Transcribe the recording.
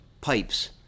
pipes